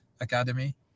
Academy